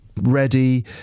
ready